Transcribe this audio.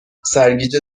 سرگیجه